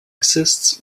exists